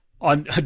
on